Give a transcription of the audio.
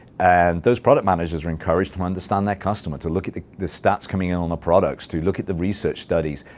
and those product managers are encouraged to understand their customer, to look at the the stats coming in on the products, to look at the research studies,